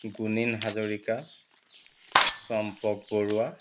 Gunin Hazarika Champak Barua